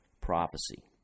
prophecy